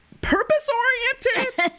Purpose-oriented